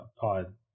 pod